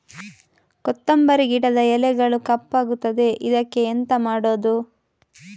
ಕೊತ್ತಂಬರಿ ಗಿಡದ ಎಲೆಗಳು ಕಪ್ಪಗುತ್ತದೆ, ಇದಕ್ಕೆ ಎಂತ ಮಾಡೋದು?